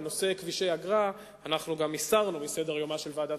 בנושא כבישי אגרה אנחנו גם הסרנו מסדר-יומה של ועדת